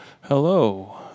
Hello